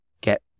get